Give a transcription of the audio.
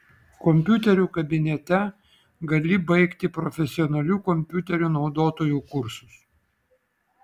kompiuterių kabinete gali baigti profesionalių kompiuterių naudotojų kursus